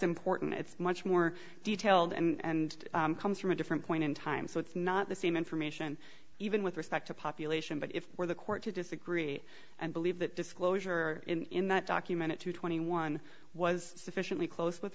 important it's much more detailed and comes from a different point in time so it's not the same information even with respect to population but if the court to disagree and believe that disclosure in that document at two twenty one was sufficiently close with